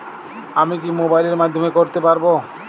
আমি কি মোবাইলের মাধ্যমে করতে পারব?